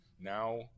Now